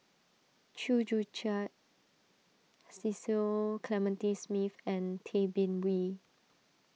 Chew Joo Chiat Cecil Clementi Smith and Tay Bin Wee